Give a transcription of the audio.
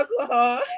alcohol